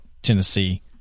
tennessee